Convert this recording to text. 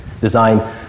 design